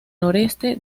noreste